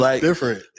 different